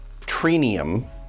Trinium